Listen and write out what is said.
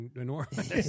enormous